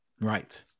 Right